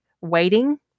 waiting